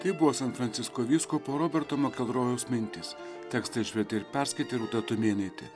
tai buvo san francisko vyskupo roberto makelrojaus mintys tekstą išvertė ir perskaitė rūta tumėnaitė